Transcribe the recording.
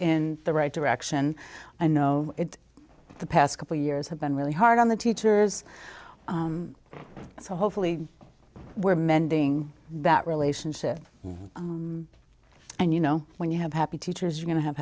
in the right direction i know the past couple years have been really hard on the teachers so hopefully we're mending that relationship and you know when you have happy teachers are going to have